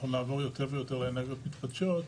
אנחנו נעבור יותר ויותר לאנרגיות מתחדשות,